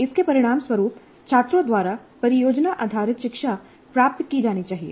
इसके परिणामस्वरूप छात्रों द्वारा परियोजना आधारित शिक्षा प्राप्त की जानी चाहिए